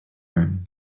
room